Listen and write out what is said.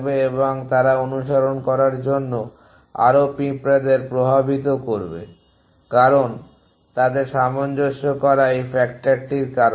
এবং তারা অনুসরণ করার জন্য আরো পিঁপড়াদের প্রভাবিত করবে কারণ তাদের সামঞ্জস্য করা এই ফ্যাক্টরটির কারণে